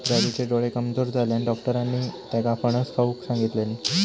राजूचे डोळे कमजोर झाल्यानं, डाक्टरांनी त्येका फणस खाऊक सांगितल्यानी